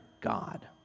god